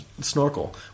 snorkel